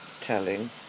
telling